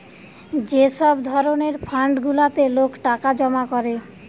যে সব ধরণের ফান্ড গুলাতে লোক টাকা জমা করে